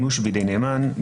נכון.